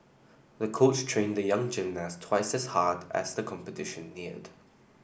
the coach trained the young gymnast twice as hard as the competition neared